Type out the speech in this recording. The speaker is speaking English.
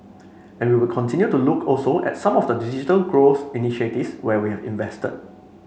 and we would continue to look also at some of the digital growth initiatives where we have invested